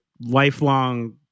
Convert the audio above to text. lifelong